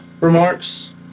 remarks